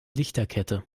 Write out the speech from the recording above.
lichterkette